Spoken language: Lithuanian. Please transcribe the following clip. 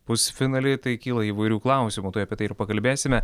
pusfinalį tai kyla įvairių klausimų tuoj apie tai ir pakalbėsime